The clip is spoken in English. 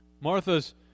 Martha's